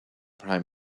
prime